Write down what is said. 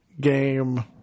game